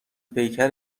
پیکر